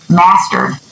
mastered